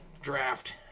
Draft